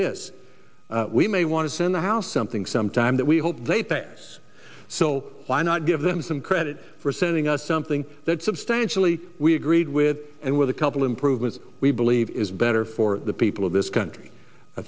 this we may want to send the house something sometime that we hope they pay us so why not give them some credit for sending us something that substantially we agreed with and with a couple improvements we believe is better for the people of this country